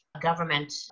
government